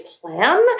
plan